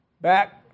Back